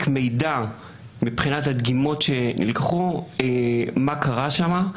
מידע מבחינת הדגימות שנלקחו מה קרה שם,